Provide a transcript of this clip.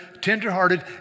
tenderhearted